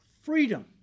freedom